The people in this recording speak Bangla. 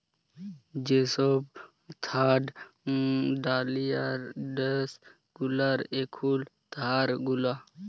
যে সব থার্ড ডালিয়ার ড্যাস গুলার এখুল ধার গুলা